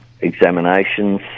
examinations